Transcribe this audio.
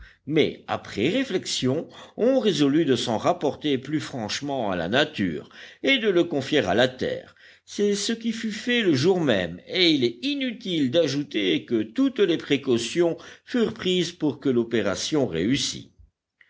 mais après réflexion on résolut de s'en rapporter plus franchement à la nature et de le confier à la terre c'est ce qui fut fait le jour même et il est inutile d'ajouter que toutes les précautions furent prises pour que l'opération réussît